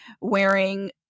wearing